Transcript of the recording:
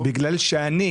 בגלל שאני